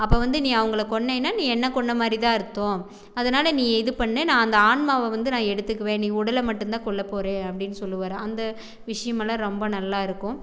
அப்போ வந்து நீ அவங்களை கொன்னைனால் நீ என்னை கொன்ற மாதிரிதான் அர்த்தம் அதனால் நீ இது பண்ணு நான்அந்த ஆன்மாவை வந்து நான் எடுத்துக்குவேன் நீ உடலை மட்டும்தான் கொல்ல போகிறே அப்படினு சொல்லுவார் அந்த விஷயமெலாம் ரொம்ப நல்லாயிருக்கும்